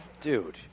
Dude